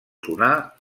sonar